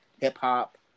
Hip-hop